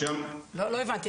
לא הבנתי,